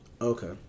Okay